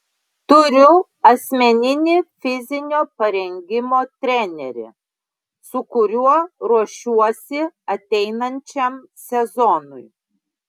turiu asmeninį fizinio parengimo trenerį su kuriuo ruošiuosi ateinančiam sezonui